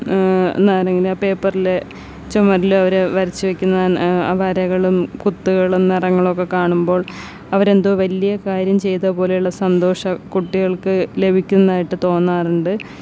നാരെങ്ലാ പേപ്പറിൽ ചുമരിലവർ വരച്ച് വെയ്ക്കുന്ന ആ വരകളും കുത്തുകളും നിറങ്ങളൊക്കെ കാണുമ്പോൾ അവരെന്തോ വലിയ കാര്യം ചെയ്ത പോലെയുള്ള സന്തോഷം കുട്ടികൾക്ക് ലഭിക്കുന്നതായിട്ട് തോന്നാറുണ്ട്